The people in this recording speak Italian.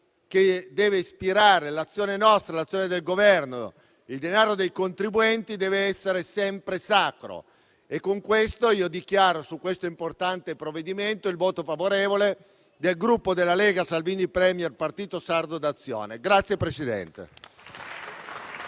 che deve ispirare l’azione nostra, l’azione del Governo: il denaro dei contribuenti deve essere sempre sacro. E con questo monito, io dichiaro, su questo importante provvedimento, il voto favorevole del Gruppo Lega Salvini Premier-Partito Sardo d’Azione.